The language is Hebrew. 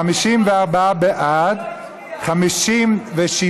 54 בעד ההצעה להסיר מסדר-היום את הצעת החוק,56 נמנעים,